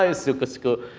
ah super school.